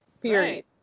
Period